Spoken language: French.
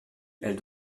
elle